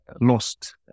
lost